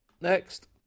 Next